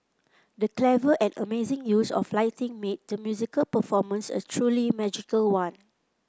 the clever and amazing use of lighting made the musical performance a truly magical one